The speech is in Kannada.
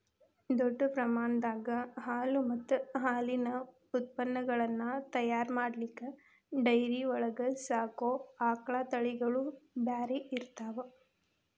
ದೊಡ್ಡ ಪ್ರಮಾಣದಾಗ ಹಾಲು ಮತ್ತ್ ಹಾಲಿನ ಉತ್ಪನಗಳನ್ನ ತಯಾರ್ ಮಾಡ್ಲಿಕ್ಕೆ ಡೈರಿ ಒಳಗ್ ಸಾಕೋ ಆಕಳ ತಳಿಗಳು ಬ್ಯಾರೆ ಇರ್ತಾವ